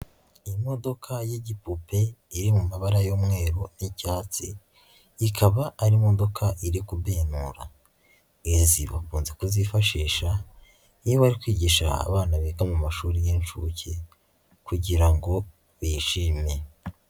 Imodoka y'igipupe iri mu mabara y'umweru n'icyatsi, ikaba ari imodoka iri kubinura. Bagomba kuzifashisha niba ari kwigisha abana biga mu mashuri y'incuke kugira ngo bishime.